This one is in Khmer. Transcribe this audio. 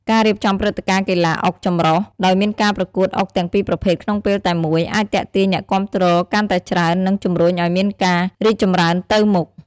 ការរៀបចំព្រឹត្តិការណ៍កីឡាអុកចម្រុះ ដោយមានការប្រកួតអុកទាំងពីរប្រភេទក្នុងពេលតែមួយ អាចទាក់ទាញអ្នកគាំទ្រកាន់តែច្រើន និងជំរុញឱ្យមានការរីកចម្រើនទៅមុខ។